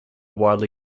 widely